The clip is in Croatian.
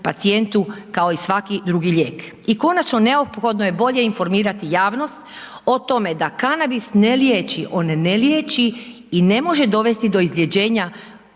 pacijentu kao i svaki drugi lijek. I konačno neophodno je bolje informirati javnost o tome da kanabis ne liječi, on ne liječi i ne može dovesti do izlječenja